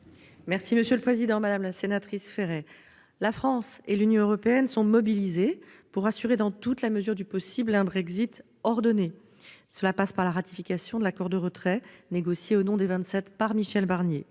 est à Mme la ministre. Madame la sénatrice Féret, la France et l'Union européenne sont mobilisées pour assurer, dans toute la mesure du possible, un Brexit ordonné. Cela passe par la ratification de l'accord de retrait négocié au nom des Vingt-Sept par Michel Barnier.